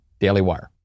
DailyWire